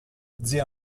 zia